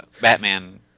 batman